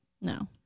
No